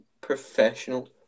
Professional